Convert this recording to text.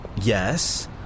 Yes